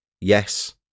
Yes